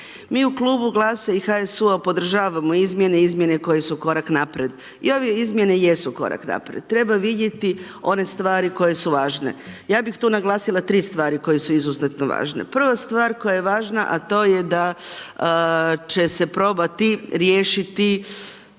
Mi u Klubu GLAS-a i HSU-a podržavamo izmjene i izmjene koje su korak naprijed. I ove izmjene jesu korak naprijed. Treba vidjeti one stvari koje su važne. Ja bih tu naglasila tri stvari koje su izuzetno važne. Prva stvar koja je važna, a to je da će se probati riješiti,